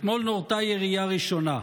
אתמול נורתה ירייה ראשונה,